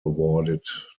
awarded